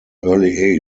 early